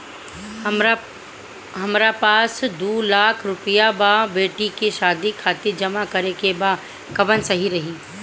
हमरा पास दू लाख रुपया बा बेटी के शादी खातिर जमा करे के बा कवन सही रही?